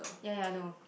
ya ya I know